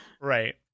Right